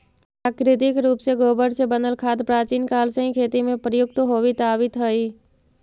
प्राकृतिक रूप से गोबर से बनल खाद प्राचीन काल से ही खेती में प्रयुक्त होवित आवित हई